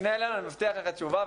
תפנה אלינו ואני מבטיח לך תשובה.